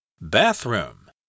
bathroom